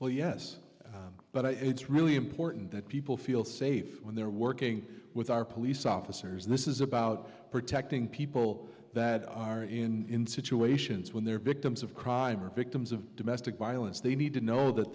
well yes but it's really important that people feel safe when they're working with our police officers this is about protecting people that are in situations when they're victims of crime or victims of domestic violence they need to know that